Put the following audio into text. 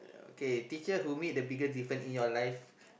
okay teacher who made the biggest difference in your life